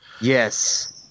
Yes